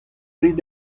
rit